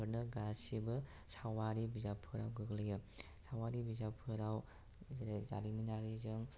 बेफोरनो गासैबो साववारि बिजाबफोराव गोग्लैयो साववारि बिजाबफोराव जेरै जारिमिनारिजों